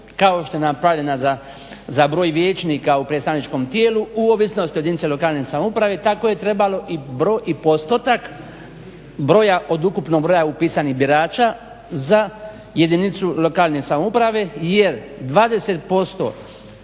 kao što je napravljena za broj vijećnika u predstavničkom tijelu u ovisnosti jedinica lokalne samouprave, tako je trebalo i broj i postotak broja od ukupnog broja upisanih birača za jedinicu lokalne samouprave jer 20%